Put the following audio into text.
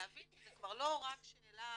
להבין שזה כבר לא רק שאלה